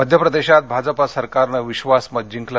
मध्यप्रदेशात भाजपा सरकारनं विश्वासमत जिंकलं